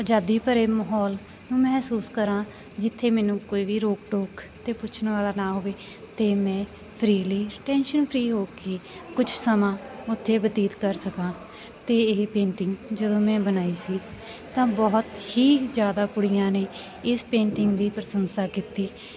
ਆਜ਼ਾਦੀ ਭਰੇ ਮਾਹੌਲ ਨੂੰ ਮਹਿਸੂਸ ਕਰਾਂ ਜਿੱਥੇ ਮੈਨੂੰ ਕੋਈ ਵੀ ਰੋਕ ਟੋਕ ਅਤੇ ਪੁੱਛਣ ਵਾਲਾ ਨਾ ਹੋਵੇ ਅਤੇ ਮੈਂ ਫਰੀਲੀ ਟੈਂਸ਼ਨ ਫਰੀ ਹੋ ਕੇ ਕੁਝ ਸਮਾਂ ਉੱਥੇ ਬਤੀਤ ਕਰ ਸਕਾਂ ਅਤੇ ਇਹ ਪੇਂਟਿੰਗ ਜਦੋਂ ਮੈਂ ਬਣਾਈ ਸੀ ਤਾਂ ਬਹੁਤ ਹੀ ਜ਼ਿਆਦਾ ਕੁੜੀਆਂ ਨੇ ਇਸ ਪੇਂਟਿੰਗ ਦੀ ਪ੍ਰਸ਼ੰਸਾ ਕੀਤੀ